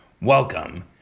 Welcome